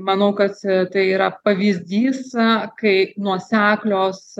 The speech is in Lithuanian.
manau kad tai yra pavyzdys kai nuoseklios